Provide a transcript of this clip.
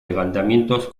levantamientos